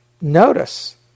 notice